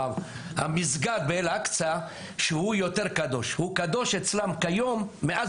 המסגד באל-אקצא שהוא יותר קדוש -- הוא קדוש אצלם כיום מאז